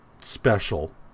special